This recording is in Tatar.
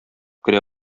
керә